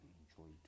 enjoy